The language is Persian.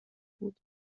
بود